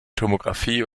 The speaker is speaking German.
tomographie